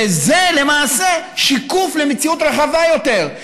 וזה למעשה שיקוף של מציאות רחבה יותר.